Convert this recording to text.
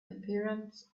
appearance